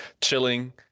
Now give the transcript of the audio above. chilling